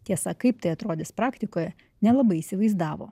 tiesa kaip tai atrodys praktikoje nelabai įsivaizdavo